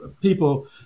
people